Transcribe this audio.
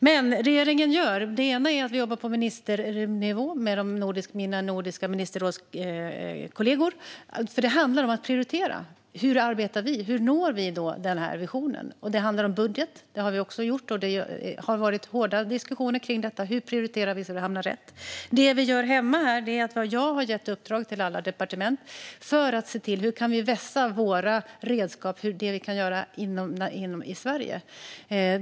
Det regeringen gör är att jobba på ministernivå med mina nordiska ministerrådskollegor, och där handlar det om att prioritera arbetet med hur vi ska nå visionen. Det handlar även om budget. Det har vi också haft hårda diskussioner om när det gäller hur vi ska prioritera för att hamna rätt. Här hemma har jag gett i uppdrag till alla departement att se över hur vi kan vässa våra redskap när det gäller vad vi kan göra i Sverige.